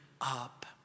up